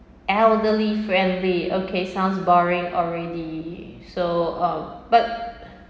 elderly friendly okay sounds boring already so uh but